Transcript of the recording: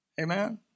Amen